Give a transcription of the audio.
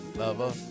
lover